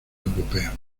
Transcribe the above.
europeo